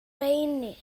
rheiny